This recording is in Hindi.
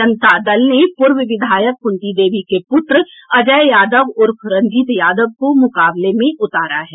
जनता दल ने पूर्व विधायक कृंती देवी के पुत्र अजय यादव उर्फ रंजीत यादव को मुकाबले में उतारा है